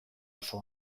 oso